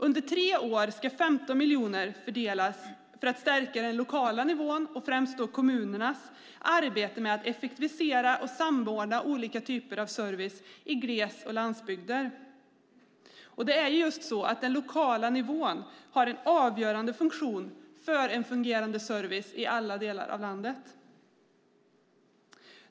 Under tre år ska 15 miljoner fördelas för att stärka den lokala nivån, främst kommunernas arbete med att effektivisera och samordna olika typer av service i gles och landsbygder. Det är just så att den lokala nivån har en avgörande funktion för en fungerande service i alla delar av landet.